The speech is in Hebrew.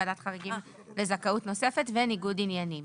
ועדת חריגים לזכאות נוספת וניגוד עניינים".